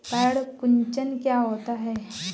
पर्ण कुंचन क्या होता है?